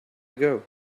ago